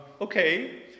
Okay